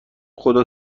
خدا